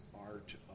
art